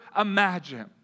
imagine